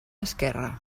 esquerre